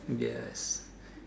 yes